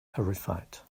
horrified